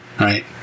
Right